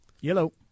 Yellow